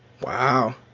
Wow